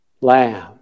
lamb